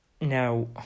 Now